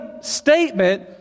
statement